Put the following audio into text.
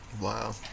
Wow